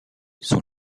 sont